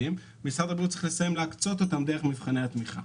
יהיו מבחני התמיכה?